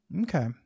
Okay